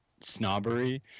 snobbery